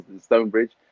Stonebridge